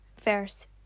verse